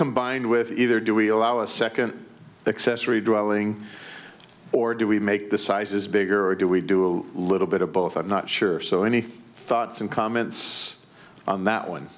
combined with either do we allow a second accessory drawing or do we make the sizes bigger or do we do a little bit of both i'm not sure so any thoughts and comments on that one